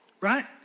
right